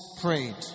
prayed